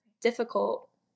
difficult